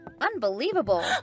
Unbelievable